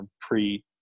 pre